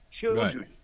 children